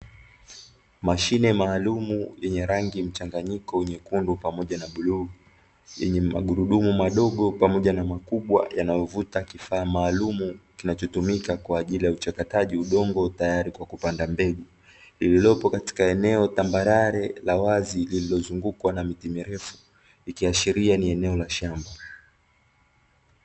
Mashine maalumu yenye rangi mchanganyiko nyekundu pamoja na bluu, yenye magurudumu madogo pamoja na makubwa yanayovuta kifaa maalumu kinachotumika kwa ajili ya uchakataji udongo tayari kwa ajili ya kupanda mbegu. Lililopo katika eneo tambarare la wazi lililozungukwa na miti mirefu, likiashiria ni eneo la shamba.